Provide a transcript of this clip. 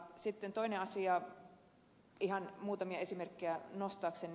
sitten toinen asia ihan muutamia esimerkkejä nostaakseni